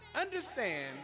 Understand